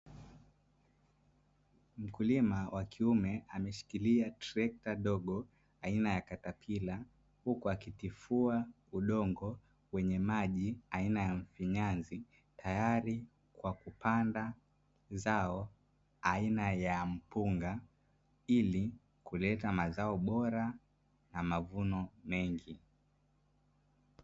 Mkulima wa kiume ameshikilia trekta dogo aina ya katapila huku akitifua udongo kwenye maji aina ya mfinyanzi tayari kwa kupanda zao aina ya mpunga ili kuleta mazao bora na mavuno mengi